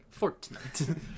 Fortnite